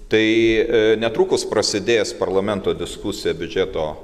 tai netrukus prasidėjęs parlamento diskusija biudžeto